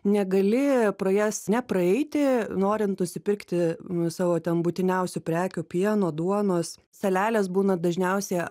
negali pro jas nepraeiti norint nusipirkti nu savo ten būtiniausių prekių pieno duonos salelės būna dažniausia